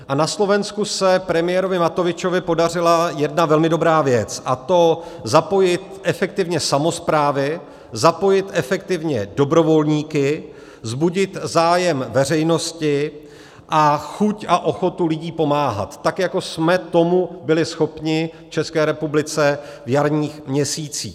A na Slovensku se premiérovi Matovičovi podařila jedna velmi dobrá věc, a to zapojit efektivně samosprávy, zapojit efektivně dobrovolníky, vzbudit zájem veřejnosti a chuť a ochotu lidí pomáhat, tak jako jsme tomu byli schopni v České republice v jarních měsících.